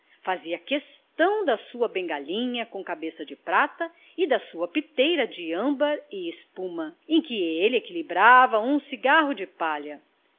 fazia questão da sua bengalinha com cabeça de prata e da sua piteira de âmbar e espuma em que ele equilibrava um cigarro de palha